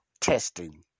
testing